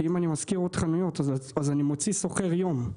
כי אם אני שוכר עוד חנויות אני מוציא שוכר יום.